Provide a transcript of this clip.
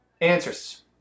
Answers